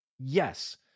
Yes